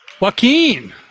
Joaquin